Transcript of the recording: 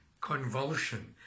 convulsion